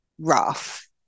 rough